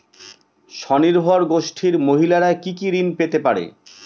স্বনির্ভর গোষ্ঠীর মহিলারা কি কি ঋণ পেতে পারে?